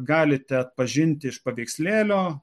galite atpažinti iš paveikslėlio